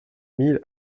mille